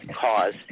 cause